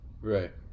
Right